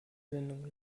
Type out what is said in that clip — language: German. sendung